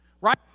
right